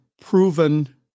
proven